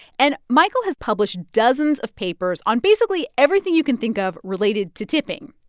and michael has published dozens of papers on, basically, everything you can think of related to tipping.